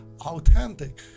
authentic